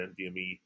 NVMe